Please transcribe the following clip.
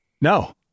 No